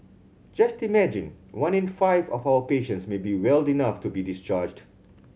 just imagine one in five of our patients may be well enough to be discharged